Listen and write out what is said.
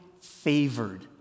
favored